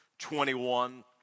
21